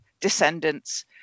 descendants